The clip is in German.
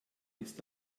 ist